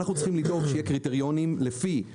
ואנחנו צריכים לדאוג שיהיו קריטריונים לפי